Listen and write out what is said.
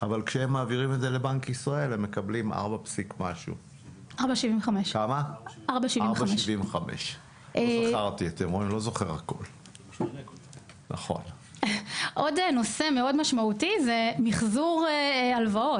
אבל כשהם מעבירים את זה לבנק ישראל הם מקבלים 4.75. 4.75. עוד נושא מאוד משמעותי הוא מחזור ההלוואות.